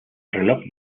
reloj